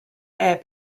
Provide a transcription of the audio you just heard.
air